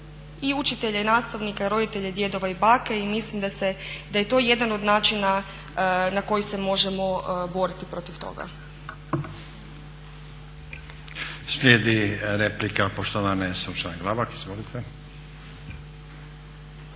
I učitelja i nastavnika i roditelja i djedova i baka. I mislim da je to jedan od načina na koji se možemo boriti protiv toga.